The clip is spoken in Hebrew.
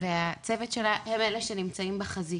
והצוות שלה הם אלה שנמצאים בחזית.